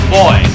boy